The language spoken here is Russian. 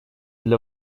для